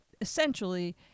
essentially